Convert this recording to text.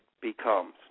becomes